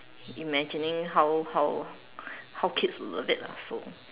imagining how how how kids will love it so